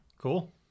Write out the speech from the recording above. Cool